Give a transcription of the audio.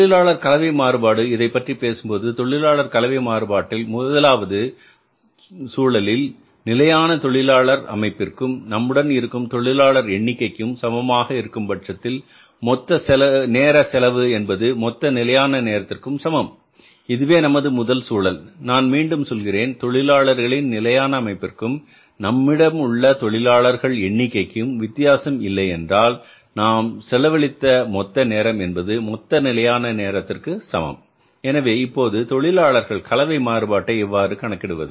தொழிலாளர் கலவை மாறுபாடு இதைப்பற்றி பேசும்போது தொழிலாளர் கலவை மாறுபாட்டில் முதலாவது சூழலில் நிலையான தொழிலாளர் அமைப்பிற்கும் நம்முடன் இருக்கும் தொழிலாளர் எண்ணிக்கையும் சமமாக இருக்கும் பட்சத்தில் மொத்த நேர செலவு என்பது மொத்த நிலையான நேரத்திற்கு சமம் இதுவே நமது முதல் சூழல் நான் மீண்டும் சொல்கிறேன் தொழிலாளர் நிலையான அமைப்பிற்கும் நம்மிடம் உள்ள தொழிலாளர் எண்ணிக்கைக்கும் வித்தியாசம் இல்லை என்றால் நாம் செலவழித்த மொத்த நேரம் என்பது மொத்த நிலையான நேரத்திற்கு சமம் எனவே இப்போது தொழிலாளர் கலவை மாறுபாட்டை எவ்வாறு கணக்கிடுவது